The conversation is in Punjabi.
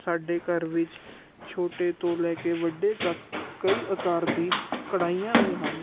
ਸਾਡੇ ਘਰ ਵਿੱਚ ਛੋਟੇ ਤੋਂ ਲੈ ਕੇ ਵੱਡੇ ਤੱਕ ਕਈ ਆਕਾਰ ਦੀ ਕੜਾਹੀਆਂ ਵੀ ਹਨ